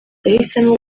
yahisemo